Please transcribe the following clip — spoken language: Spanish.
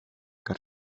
que